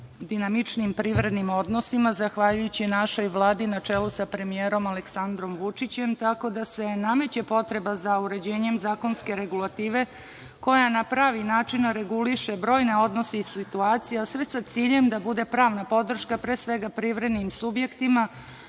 dinamičnijim privrednim odnosima, zahvaljujući našoj Vladi, na čelu sa premijerom Aleksandrom Vučićem, tako da se nameće potreba za uređenjem zakonske regulative koja na pravi način reguliše brojne odnose i situacije, sve sa ciljem da bude pravna podrška pre svega privrednim subjektima,